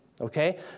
Okay